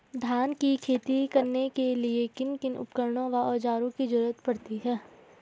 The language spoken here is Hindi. धान की खेती करने के लिए किन किन उपकरणों व औज़ारों की जरूरत पड़ती है?